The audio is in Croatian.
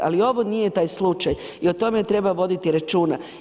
Ali ovo nije taj slučaj i o tome treba voditi računa.